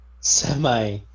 semi